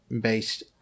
based